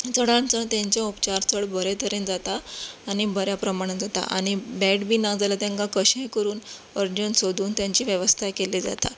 चडांत चड तांचे उपचार चड बऱ्या तरेन जाता आनी बऱ्या प्रमाणान जाता आनी बॅड बी ना जाल्यार तांकां कशेंय करून अर्जंट सोदून तांची वेवस्था केल्ली जाता